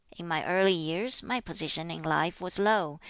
in my early years my position in life was low,